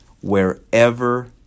wherever